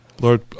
Lord